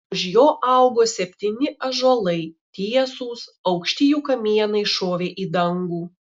už jo augo septyni ąžuolai tiesūs aukšti jų kamienai šovė į dangų